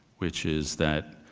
which is that,